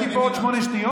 יש לי פה עוד שמונה שניות,